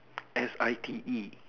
S I T E